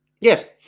Yes